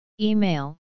email